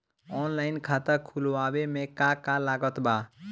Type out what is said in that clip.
Online खाता खुलवावे मे का का लागत बा?